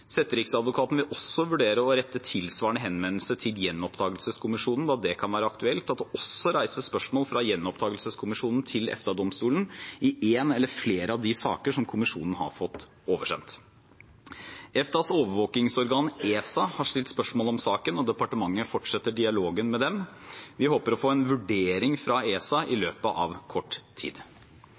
Setteriksadvokaten vil også vurdere å rette tilsvarende henvendelse til Gjenopptakelseskommisjonen, da det det kan være aktuelt at det også reises spørsmål fra Gjenopptakelseskommisjonen til EFTA-domstolen i en eller flere av de saker som kommisjonen har fått oversendt. EFTAs overvåkningsorgan, ESA, har stilt spørsmål om saken, og departementet fortsetter dialogen med dem. Vi håper å få en vurdering fra ESA i løpet av kort tid.